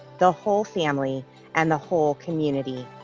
the whole family and the whole community.